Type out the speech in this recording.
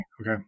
Okay